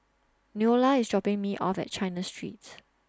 Neola IS dropping Me off At China Street